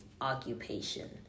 occupation